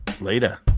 Later